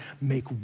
make